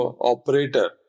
operator